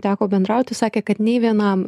teko bendrauti sakė kad nei vienam